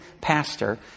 pastor